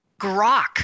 grok